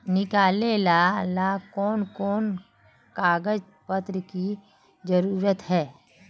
निकाले ला कोन कोन कागज पत्र की जरूरत है?